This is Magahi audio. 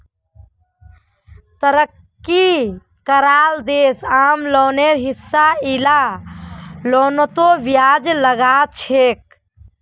तरक्की कराल देश आम लोनेर हिसा इला लोनतों ब्याज लगाछेक